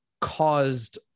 caused